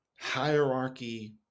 hierarchy